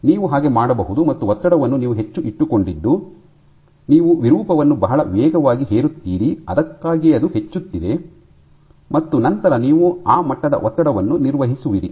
ನೀವು ಹಾಗೆ ಮಾಡಬಹುದು ಮತ್ತು ಒತ್ತಡವನ್ನು ನೀವು ಹೆಚ್ಚು ಇಟ್ಟುಕೊಂಡಿದ್ದು ನೀವು ವಿರೂಪವನ್ನು ಬಹಳ ವೇಗವಾಗಿ ಹೇರುತ್ತೀರಿ ಅದಕ್ಕಾಗಿಯೇ ಅದು ಹೆಚ್ಚುತ್ತಿದೆ ಮತ್ತು ನಂತರ ನೀವು ಆ ಮಟ್ಟದ ಒತ್ತಡವನ್ನು ನಿರ್ವಹಿಸುವಿರಿ